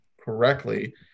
correctly